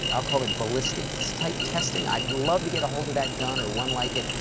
i'll call it ballistics-type testing, i'd love to get a hold of that gun, or one like it,